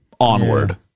onward